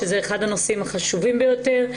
שזה אחד הנושאים החשובים ביותר,